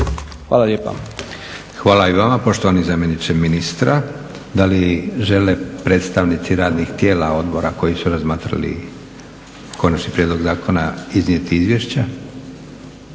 Josip (SDP)** Hvala i vama poštovani zamjeniče ministra. Da li žele predstavnici radnih tijela odbora koji su razmatrali konačni prijedlog zakona iznijeti izvješća?